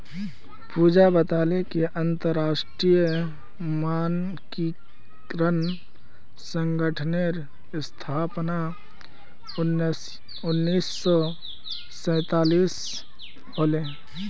पूजा बताले कि अंतरराष्ट्रीय मानकीकरण संगठनेर स्थापना उन्नीस सौ सैतालीसत होले